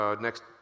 next